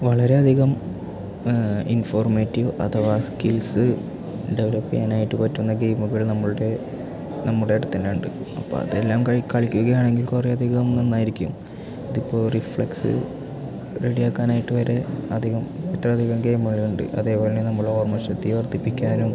വളരെ അധികം ഇൻഫോർമേറ്റീവ് അഥവാ സ്കിൽസ്സ് ഡെവലപ്പ് ചെയ്യാൻ ആയിട്ട് പറ്റുന്ന ഗെയിമുകൾ നമ്മളുടെ നമ്മുടെ അടുത്തു തന്നെ ഉണ്ട് അപ്പം അത് കളിക്കുകയാണെങ്കിൽ കുറേ അധികം നന്നായിരിക്കും ഇത് ഇപ്പോൾ റിഫ്ളെക്സ് റെഡിയാക്കാൻ ആയിട്ട് വരെ അധികം ഇത്ര അധികം ഗെയിമുകളുണ്ട് അതേപോലെ തന്നെ നമ്മളെ ഓർമ്മശക്തി വർദ്ധിപ്പിക്കാനും